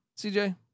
CJ